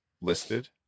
listed